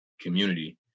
community